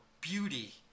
beauty